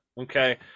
okay